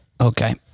Okay